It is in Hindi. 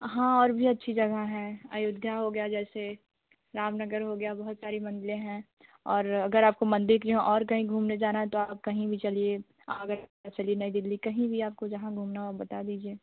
हाँ और भी अच्छी जगह हैं अयोध्या हो गया जैसे रामनगर हो गया बहुत सारी मंदिले हैं और अगर आपको मंदिर की जगह और कहीं घूमने जाना है तो आप कहीं भी चलिए आगरा चलिए नई दिल्ली कहीं भी आपको जहाँ घूमना हो आप बता दीजिए